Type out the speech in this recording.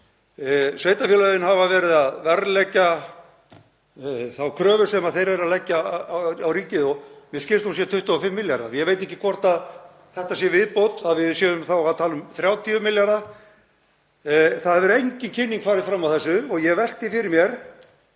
Sveitarfélögin hafa verið að verðleggja þá kröfu sem þau eru að leggja á ríkið og mér skilst að hún sé 25 milljarðar. Ég veit ekki hvort þetta sé viðbót, að við séum þá að tala um 30 milljarða. Það hefur engin kynning farið fram á þessu og ég velti fyrir mér